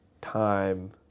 time